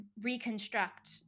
reconstruct